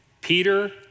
Peter